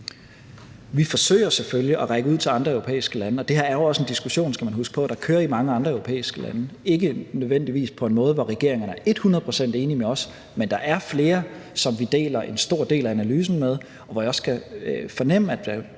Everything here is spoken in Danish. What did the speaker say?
Vi forsøger selvfølgelig at række ud til andre europæiske lande, og det her er jo også en diskussion, skal man huske på, der kører i mange andre europæiske lande. Det er ikke nødvendigvis på en måde, hvor regeringerne er hundrede procent enige med os, men der er flere, som vi deler en stor del af analysen med, og hvor jeg også kan fornemme, at der